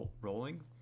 rolling